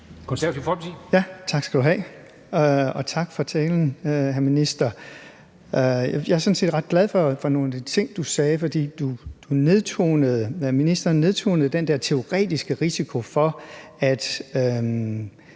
Tak skal du have, og tak for talen, hr. minister. Jeg er sådan set ret glad for nogle af de ting, du sagde, fordi du nedtonede den der teoretiske risiko for, at